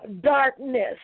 darkness